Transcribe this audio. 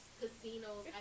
casinos